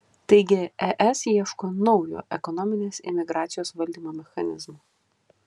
taigi es ieško naujo ekonominės imigracijos valdymo mechanizmo